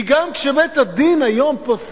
כי היום גם כשבית-הדין פוסק